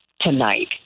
tonight